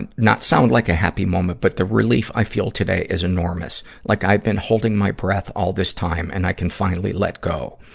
and not sound like a happy moment, moment, but the relief i feel today is enormous. like i've been holding my breath all this time, and i can finally let go.